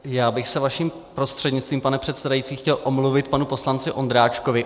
Já bych se vaším prostřednictvím, pane předsedající, chtěl omluvit panu poslanci Ondráčkovi.